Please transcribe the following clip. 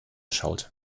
schaut